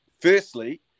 Firstly